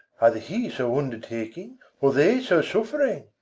either he so undertaking or they so suffering.